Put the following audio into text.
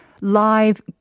Live